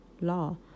law